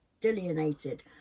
delineated